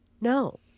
no